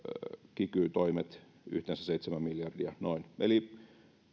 kiky toimet yhteensä noin seitsemän miljardia eli